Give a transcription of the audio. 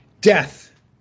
Death